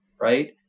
right